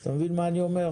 אתה מבין מה אני אומר?